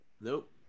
Nope